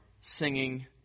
singing